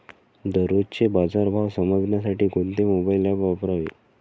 दररोजचे बाजार भाव समजण्यासाठी कोणते मोबाईल ॲप वापरावे?